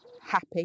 happy